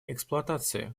эксплуатации